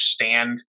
understand